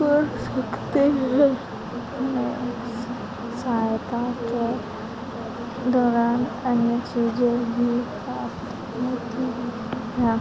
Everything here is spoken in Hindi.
कर सकते हैं हमें सहायता के दौरान अन्य चीज़ें भी प्राप्त होती है हैं